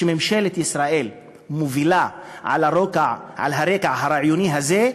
שממשלת ישראל מובילה על הרקע הרעיוני הזה,